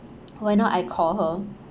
why not I call her